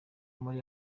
muri